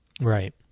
right